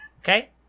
Okay